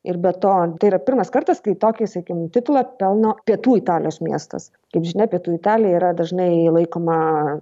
ir be to tai yra pirmas kartas kai tokį sakykim titulą pelno pietų italijos miestas kaip žinia pietų italija yra dažnai laikoma